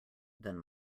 than